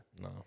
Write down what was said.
No